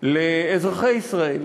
לאזרחי ישראל